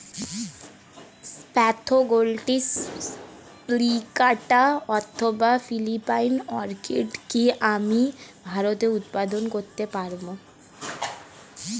Spathoglottis plicata অথবা Philippine orchid কি আমি ভারতে উৎপাদন করতে পারবো?